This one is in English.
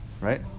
right